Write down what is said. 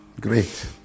Great